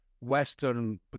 Western